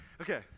Okay